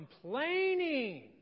Complaining